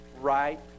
right